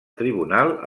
tribunal